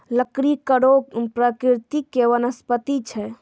लकड़ी कड़ो प्रकृति के वनस्पति छै